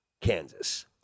Kansas